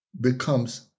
becomes